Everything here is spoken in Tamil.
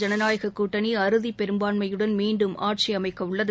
ஜனநாயகக் கூட்டணி அறுதிப்பெரும்பான்மையுடன் மீண்டும் ஆட்சி அமைக்கவுள்ளது